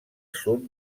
sud